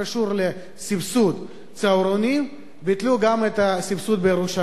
לסבסוד צהרונים ביטלו גם את הסבסוד בירושלים.